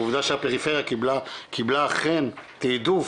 עובדה שהפריפריה אכן קיבלה אכן תיעדוף,